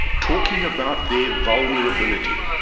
talking about their vulnerability.